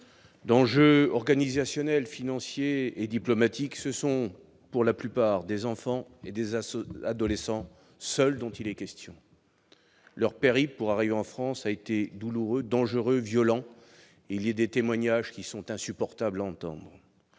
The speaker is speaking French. d'enjeux organisationnels, financiers et diplomatiques, ce sont pour la plupart des enfants et des adolescents seuls dont il est question. Leur périple pour arriver en France a été douloureux, dangereux, violent. Il est des témoignages qui sont insupportables à entendre.